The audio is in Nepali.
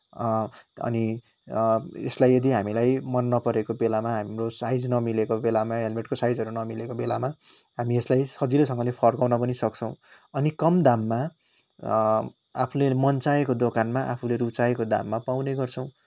अनि यसलाई यदि हामीलाई मन नपरेको बेलामा हाम्रो साइज नमिलेको बेलामा हेल्मेटको साइजहरू नमिलेको बेलामा हामी यसलाई सजिलैसँगले फर्काउन पनि सक्छौँ अनि कम दाममा आफूले मनचाहेको दोकानमा आफूले रुचाएको दाममा पाउने गर्छौँ